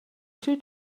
two